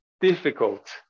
difficult